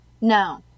No